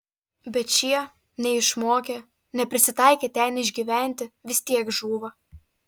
bet šie neišmokę neprisitaikę ten išgyventi vis tiek žūva